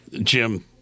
Jim